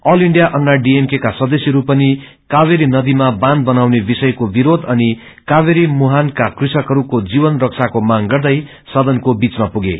all India Anna DMK का सदस्यहरू पनि कावेरी नदीमा बाँण बनाउने विषयक्रो विरोष अनि कावेरी मुहानका कृषकहरूको जीवन रक्षाको मांग गर्दै सदनको बीचमै पुगे